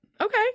okay